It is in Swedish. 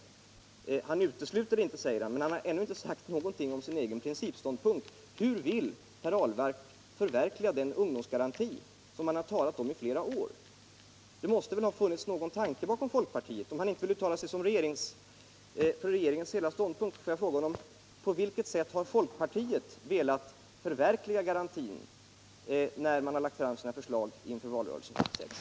Arbetsmarknadsministern ”utesluter inte”, men han har ännu inte sagt något om sin egen principståndpunkt. Hur vill herr Ahlmark förverkliga den garanti åt ungdomen som han har talat om i flera år? Det måste väl finnas någon tanke bakom hos folkpartiet. Om arbetsmarknadsministern inte vill uttala sig för regeringens ståndpunkt, får jag då fråga honom: På vilket sätt har folkpartiet velat förverkliga garantin när partiet har lagt fram sina förslag inför valrörelsen t.ex.?